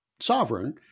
Sovereign